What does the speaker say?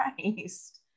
christ